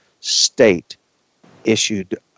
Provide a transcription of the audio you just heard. state-issued